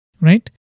Right